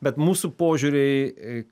bet mūsų požiūriai